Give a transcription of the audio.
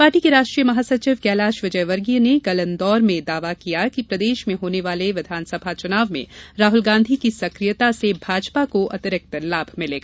party के राष्ट्रीय महासचिव कैलाश विजयवर्गीय ने कल इंदौर में दावा किया कि प्रदेश में होने वाले विधानसभा चुनाव में राहल गांधी की सक्रियता से भाजपा को अतिरिक्त लाभ मिलेगा